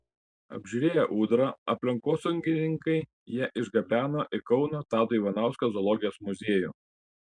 apžiūrėję ūdrą aplinkosaugininkai ją išgabeno į kauno tado ivanausko zoologijos muziejų